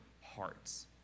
hearts